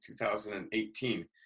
2018